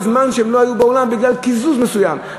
בזמן שהם לא היו באולם בגלל קיזוז מסוים.